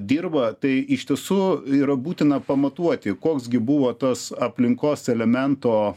dirvą tai iš tiesų yra būtina pamatuoti koks gi buvo tas aplinkos elemento